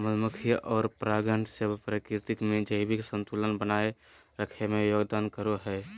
मधुमक्खी और परागण सेवा प्रकृति में जैविक संतुलन बनाए रखे में योगदान करो हइ